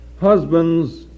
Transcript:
Husbands